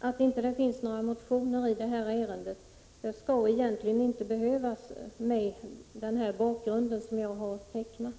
Det finns inte några motioner i ärendet, och några sådana borde egentligen inte behövas med den bakgrund som jag har tecknat.